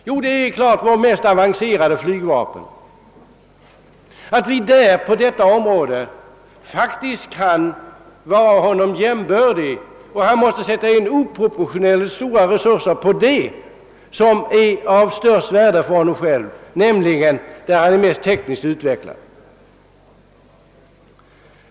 Jo, naturligtvis vårt mest avancerade flygvapen, därför att vi på detta område faktiskt kan vara fienden jämbördig. Angriparen måste sätta in oproportionerligt stora resurser av det som är av största värde för honom själv, nämligen det vapen han har som är tekniskt bäst utvecklat.